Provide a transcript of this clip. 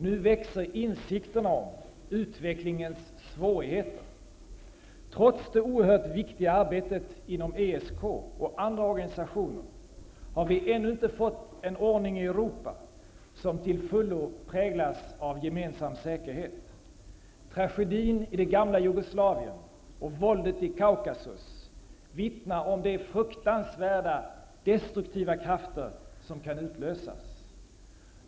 Nu växer insikterna om utvecklingens svårigheter. Trots det oerhört viktiga arbetet inom ESK och andra organisationer har vi ännu inte fått en ordning i Europa som till fullo präglas av gemensam säkerhet. Tragedin i det gamla Jugoslavien och våldet i Kaukasus vittnar om de fruktansvärda destruktiva krafter som kan utlösas.